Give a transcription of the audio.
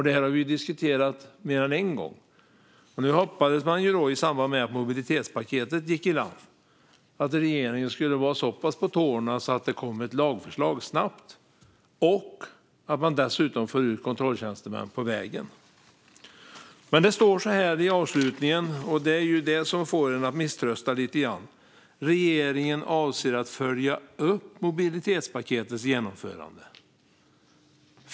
Detta har vi diskuterat mer än en gång. Nu hoppades man, i samband med att mobilitetspaketet gick i land, att regeringen skulle vara så pass på tårna att det snabbt skulle komma ett lagförslag och att man dessutom skulle få ut kontrolltjänstemän på vägen. Men det sas i avslutningen av interpellationssvaret - och det är det som får en att misströsta lite grann - att regeringen avser att följa upp mobilitetspaketets genomförande.